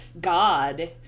God